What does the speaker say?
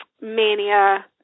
mania